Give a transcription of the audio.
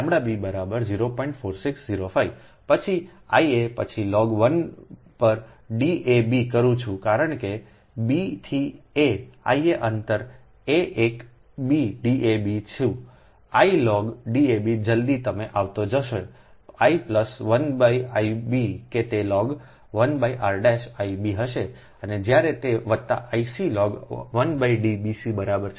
4605 પછી Ia પછી log 1 પર D a bકરું છું કારણ કે b થી a I a અંતર એ એક બી D ab છું I લોગ D ab જલદી તમે આવતા જશો I પ્લસ 1 I b કે તે log 1 r' I b હશે અને જ્યારે તે વત્તા I c લોગ 1 D bc બરાબર છે